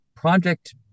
project